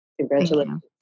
Congratulations